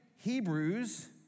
Hebrews